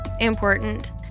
important